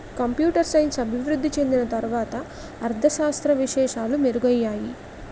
computer science అభివృద్ధి చెందిన తర్వాత అర్ధ శాస్త్ర విశేషాలు మెరుగయ్యాయి